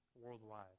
worldwide